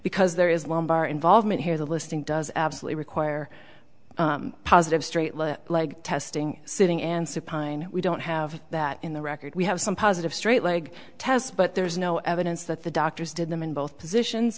because there is lumbar involvement here the listing does absolutely require positive straight leg testing sitting and supine we don't have that in the record we have some positive straight leg tests but there is no evidence that the doctors did them in both positions